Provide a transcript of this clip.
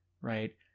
right